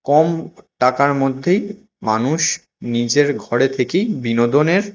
কম টাকার মধ্যেই মানুষ নিজের ঘরে থেকেই বিনোদনের